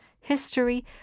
history